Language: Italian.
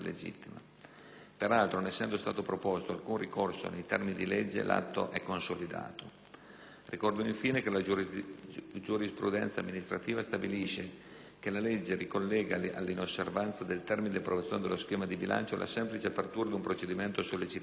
Peraltro, non essendo stato proposto alcun ricorso nei termini di legge, l'atto si è consolidato. Ricordo, infine, che la giurisprudenza amministrativa stabilisce che la legge ricollega all'inosservanza del termine di approvazione dello schema di bilancio la semplice apertura di un procedimento sollecitatorio